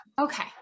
Okay